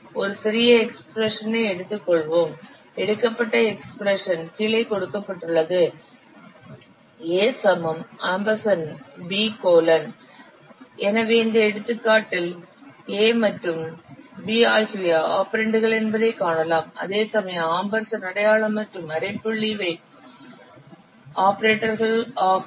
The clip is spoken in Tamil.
ஒரு சிறிய எக்ஸ்பிரஷன் ஐ எடுத்துக் கொள்ளுவோம் எடுக்கப்பட்ட எக்ஸ்பிரஷன் கீழே கொடுக்கப்பட்டுள்ளது எனவே இந்த எடுத்துக்காட்டில் a மற்றும் b ஆகியவை ஆபரெண்டுகள் என்பதைக் காணலாம் அதே சமயம் ஆம்பர்சண்ட் அடையாளம் மற்றும் அரைப்புள்ளி இவை ஆபரேட்டர்கள் ஆகும்